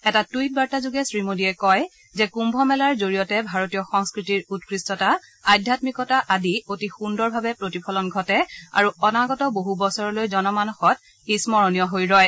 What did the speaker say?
এটা টুইট বাৰ্তাযোগে শ্ৰীমোদীয়ে কয় যে কৃন্ত মেলাৰ জৰিয়তে ভাৰতীয় সংস্কৃতিৰ উৎকৃষ্টতা আধ্যামিকতা আদিৰ অতি সুন্দৰভাৱে প্ৰতিফলন ঘটে আৰু অনাগত বহু বছৰলৈ জন মানসত স্মৰণীয় হৈ ৰয়